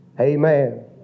Amen